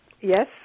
yes